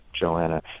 Joanna